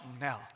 now